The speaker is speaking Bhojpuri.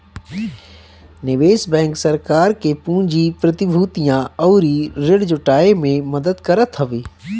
निवेश बैंक सरकार के पूंजी, प्रतिभूतियां अउरी ऋण जुटाए में मदद करत हवे